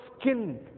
skin